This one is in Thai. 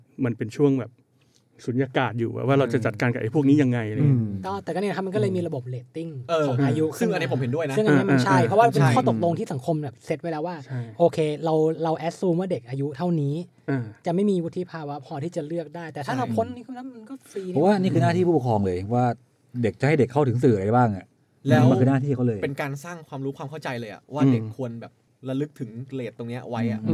มันเป็นช่วงแบบสุญญากาศอยู่ว่า-อืมว่าเราจะจัดการกับไอ้พวกนี้ยังไงอะไรเงี้ยอืมก็แต่ก็เนี่ยนะครับมันก็เลยอืมมีระบบเรตติ้งเออของอายุขึ้นมาซึ่งอันนี้ผมเห็นด้วยนะซึ่งอันนี้มันใช่อืมเพราะว่ามันเป็นข้อใช่ตกลงที่สังคมเนี่ยเซ็ตไว้แล้วว่าใช่โอเคเรา- เรา assume ว่าเด็กอายุเท่านี้อ่าจะไม่มีวุฒิภาวะพอที่จะเลือกได้แต่ถ้าเราใช่พ้นนี่ก็- มันก็ฟรีเพราะว่านี่คือหน้าที่ผู้ปกครองเลยว่าเด็กจะให้เด็กเข้าถึงสื่ออะไรบ้างอะแล้วนี่มันคือหน้าที่เขาเลยเป็นการสร้างความรู้ความเข้าใจเลยอะว่าเด็กอืมควรแบบระลึกถึงเรตตรงเนี้ยไว้อะอืม